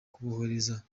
kuborohereza